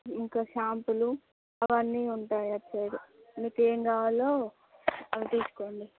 ఇంకా షాంపూలు అవి అన్నీ ఉంటాయి అటు సైడు మీకు ఏమి కావాలో అవి తీసుకోండి